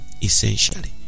essentially